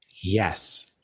Yes